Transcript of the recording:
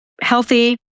healthy